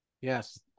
Yes